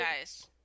guys